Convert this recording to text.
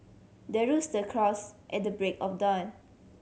the rooster crows at the break of dawn